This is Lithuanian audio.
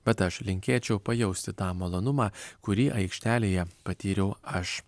bet aš linkėčiau pajausti tą malonumą kurį aikštelėje patyriau aš